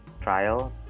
trial